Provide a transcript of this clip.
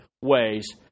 ways